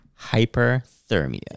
hyperthermia